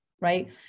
right